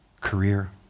career